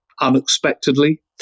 unexpectedly